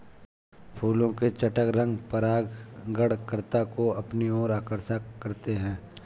फूलों के चटक रंग परागणकर्ता को अपनी ओर आकर्षक करते हैं